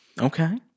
Okay